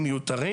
מיותרים.